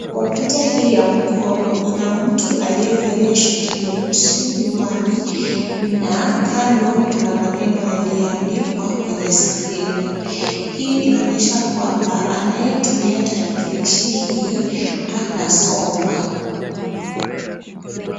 Kompyuta hii ya mkono ina mtu aliyevalia shati nyeusi, miwani na kando kuna maneno yaliyoandikwa kwenye skrini. Hii inaonyesha kwamba anayetumia tarakilishi hii anasoma.